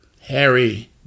Harry